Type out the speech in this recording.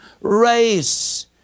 race